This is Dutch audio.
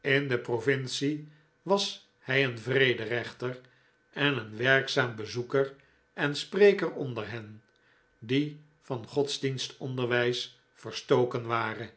in de provincie was hij een vrederechter en een werkzaam bezoeker en spreker onder hen die van godsdienstonderwijs verstoken waren